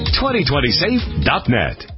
2020safe.net